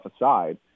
aside